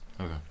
Okay